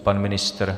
Pan ministr?